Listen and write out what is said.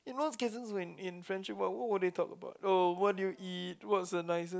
in most cases when in friendship what what would they talk about oh what did you eat what's the nicest